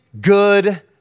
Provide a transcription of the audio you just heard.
good